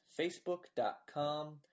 facebook.com